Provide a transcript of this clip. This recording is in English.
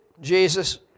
Jesus